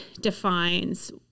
defines